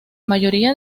mayoría